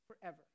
forever